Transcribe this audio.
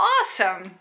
Awesome